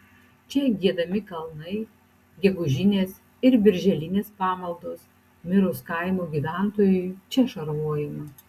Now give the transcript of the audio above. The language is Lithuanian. čia giedami kalnai gegužinės ir birželinės pamaldos mirus kaimo gyventojui čia šarvojama